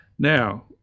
Now